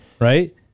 right